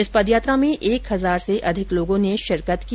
इस पदयात्रा में एक हजार से अधिक लोगों ने शिरकत की